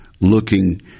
looking